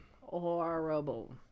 Horrible